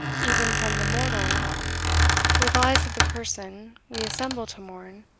even from the mortal relies of the person we assemble to mourn,